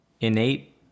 innate